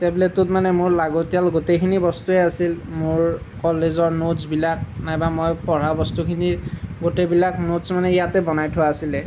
টেবলেটোত মানে মোৰ লাগতিয়াল গোটেইখিনি বস্তুৱেই আছিল মোৰ কলেজৰ নোটছবিলাক নাইবা মই পঢ়া বস্তুখিনি গোটেইবিলাক নোটছ মানে ইয়াতে বনাই থোৱা আছিলে